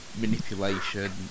Manipulation